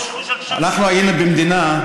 אנחנו היינו במדינה,